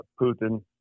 Putin